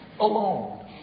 alone